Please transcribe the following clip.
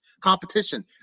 competition